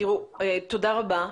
תודה רבה.